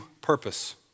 purpose